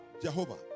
Jehovah